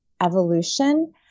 evolution